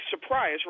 surprise